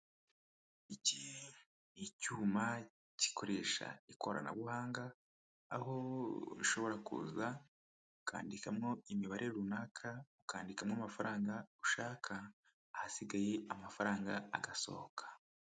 Iki ni icyuma gikoresha ikoranabuhanga aho ushobora kuza, ukandikamo imibare runaka, ukandikamo amafaranga ushaka, ahasigaye amafaranga agasohoka.